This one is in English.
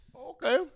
Okay